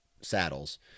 saddles